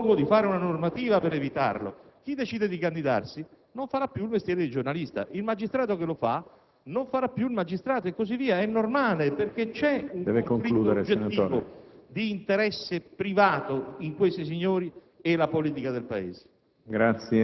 e proponevo di emanare una normativa per evitarla. Chi decide di candidarsi non farà più il mestiere di giornalista, così come il magistrato che si candida non farà più il magistrato. È normale, perché esiste un vincolo oggettivo di interesse privato tra questi signori e la politica del Paese.